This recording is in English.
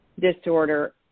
disorder